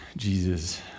Jesus